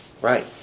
Right